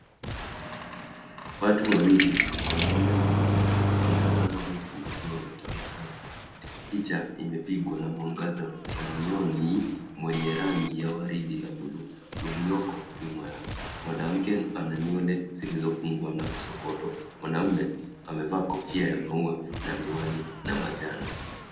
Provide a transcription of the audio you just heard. Watu wawili mwanaume na mwanamke wametazama huku wakiwa wametabasamu. Picha imepigwa na mwangaza wa nioni wenye rangi ya waridi la buluu ulioko nyuma yao. Mwanamke ana nywele zilizofungwa na kusokotwa. Mwanaume amevaa kofia ya maua na miwani na manjano.